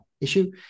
issue